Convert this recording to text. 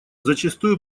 зачастую